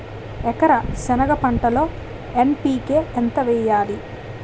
ఎకర సెనగ పంటలో ఎన్.పి.కె ఎంత వేయాలి?